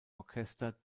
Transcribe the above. orchester